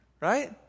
right